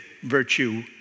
virtue